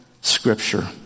Scripture